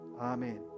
Amen